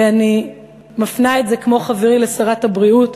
ואני מפנה את זה, כמו חברי, לשרת הבריאות,